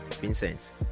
Vincent